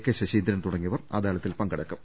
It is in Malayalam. കെ ശശീന്ദ്രൻ എന്നിവർ അദാലത്തിൽ പങ്കെടുക്കും